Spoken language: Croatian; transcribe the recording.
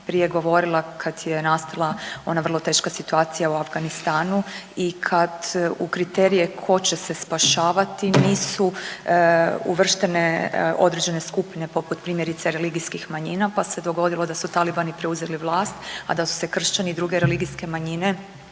prije govorila kad je nastala ona vrlo teška situacija u Afganistanu i kad u kriterije tko će se spašavati nisu uvrštene određene skupine poput primjerice religijskih manjina pa se dogodilo da su talibani preuzeli vlast, a da su se kršćani i druge religijske manjine